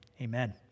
Amen